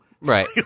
right